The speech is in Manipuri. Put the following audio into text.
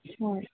ꯍꯣꯏ